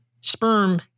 sperm